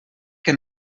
que